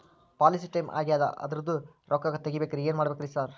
Policy time ಆಗ್ಯಾದ ಅದ್ರದು ರೊಕ್ಕ ತಗಬೇಕ್ರಿ ಏನ್ ಮಾಡ್ಬೇಕ್ ರಿ ಸಾರ್?